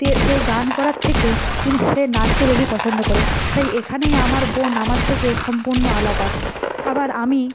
তে সে গান করার থেকে তিনি সে নাচকে বেশি পছন্দ করে তাই এখানেই আমার বোন আমার থেকে সম্পূর্ণ আলাদা আবার আমি